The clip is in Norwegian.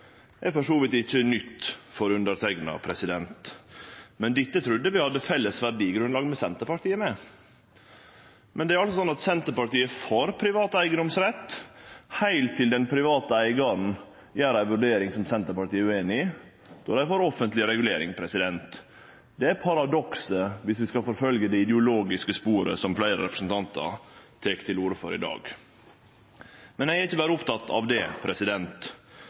er for så vidt ikkje noko nytt for meg, men her trudde vi at vi hadde eit felles verdigrunnlag med Senterpartiet. Men det er altså slik at Senterpartiet er for privat eigedomsrett heilt til den private eigaren gjer ei vurdering som Senterpartiet er ueinig i. Då er dei for offentleg regulering. Det er paradokset viss vi skal forfølgje det ideologiske sporet, som fleire representantar tek til orde for i dag. Men eg er ikkje berre oppteken av det,